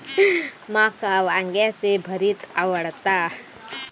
माका वांग्याचे भरीत आवडता